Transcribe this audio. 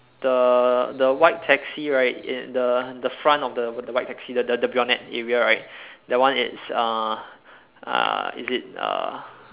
the the white taxi right in the the front of the the white taxi the the the bonnet area right that one it's uh uh is it the uh